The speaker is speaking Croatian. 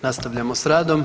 Nastavljamo sa radom.